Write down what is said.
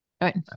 right